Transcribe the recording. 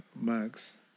Max